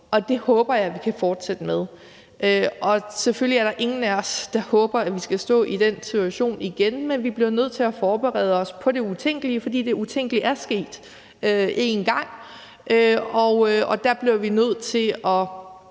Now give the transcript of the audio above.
og det håber jeg vi kan fortsætte med. Selvfølgelig er der ingen af os, der håber, at vi skal stå i den situation igen, men vi bliver nødt til at forberede os på det utænkelige, for det utænkelige ersket én gang. Der blev vi nødt til at